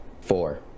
Four